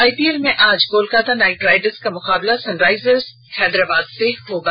IPL में आज Kolkata Knight Riders का मुकाबला सनराइजर्स हैदराबाद से होगा